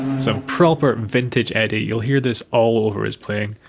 so proper vintage eddie, you'll hear this all over his playing!